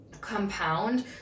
compound